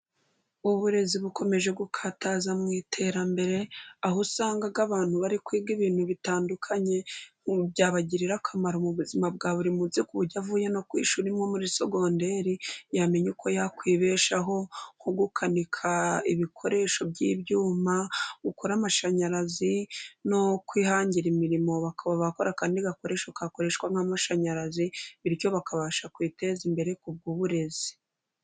Uburezi bukomeje gukataza mu iterambere aho usanga abantu bari kwiga ibintu bitandukanye byabagirira akamaro mu buzima bwa buri munsi, ku buryo avuye no ku ishuri nko muri sogonderi yamenya uko yakwibeshaho, nko gukanika ibikoresho by'ibyuma, gukora amashanyarazi no kwihangira imirimo, bakaba bakora akandi gakoresho kakoreshwa nk'amashanyarazi bityo bakabasha kwiteza imbere ku bw'uburezi.